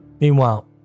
Meanwhile